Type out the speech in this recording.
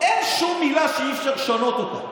אין שום מילה שאי-אפשר לשנות אותה,